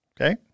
Okay